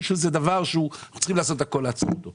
או שייצרו אותן בבית ויהיה שוק